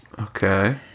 Okay